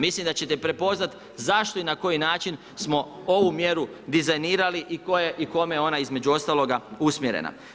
Mislim da ćete prepoznat zašto i na koji način smo ovu mjeru dizajnirali i kome je ona između ostaloga usmjerena.